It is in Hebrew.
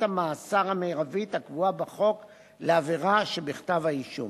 המאסר המרבית הקבועה בחוק לעבירה שבכתב-האישום.